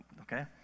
Okay